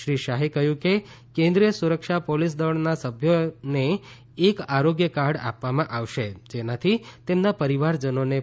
શ્રી શાહે કહ્યું કે કેન્દ્રિય સુરક્ષા પોલીસદળના સભ્યોને એક આરોગ્ય કાર્ડ આપવામાં આવશે જેનાથી તેમના પરિવારજનોને પણ મદદ મળશે